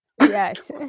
Yes